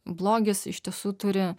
blogis iš tiesų turi